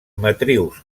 matrius